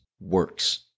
works